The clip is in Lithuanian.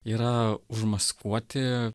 yra užmaskuoti